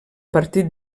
partit